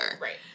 Right